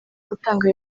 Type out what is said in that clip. gutanga